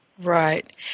Right